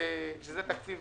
תקציב